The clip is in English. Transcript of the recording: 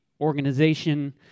organization